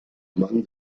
among